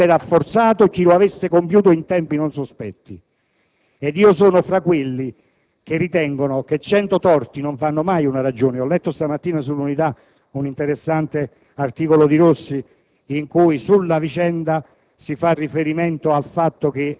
un gesto nobile che, al termine delle indagini, avrebbe rafforzato chi lo avesse compiuto in tempi non sospetti. Io sono fra quelli che ritengono che cento torti non fanno mai una ragione. Ho letto stamattina su «l'Unità» un interessante articolo di Rossi,